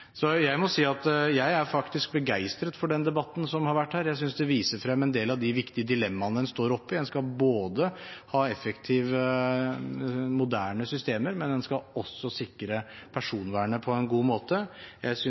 Jeg må si at jeg faktisk er begeistret for den debatten som har vært her, jeg synes det viser fram en del av de viktige dilemmaene en står oppe i. En skal ikke bare ha effektive, moderne systemer, en skal også sikre personvernet på en god måte. Jeg